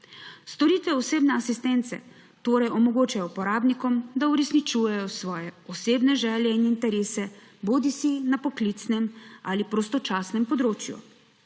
Storitve osebne asistence torej omogočajo uporabnikom, da uresničujejo svoje osebne želje in interese bodisi na poklicnem bodisi na prostočasnem področju.